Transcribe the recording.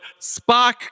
Spock